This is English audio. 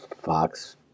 Fox